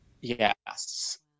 Yes